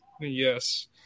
Yes